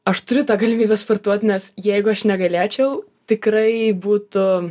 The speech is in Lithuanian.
aš turiu tą galimybę sportuot nes jeigu aš negalėčiau tikrai būtų